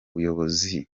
buyobozi